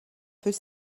peut